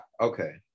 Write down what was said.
okay